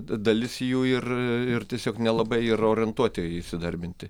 dalis jų ir ir tiesiog nelabai yra orientuoti įsidarbinti